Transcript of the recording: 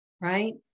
right